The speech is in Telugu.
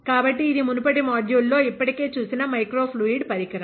కాబట్టి ఇది మునుపటి మాడ్యూల్ లో ఇప్పటికే చూసిన మైక్రో ఫ్లూయిడ్ పరికరం